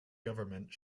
government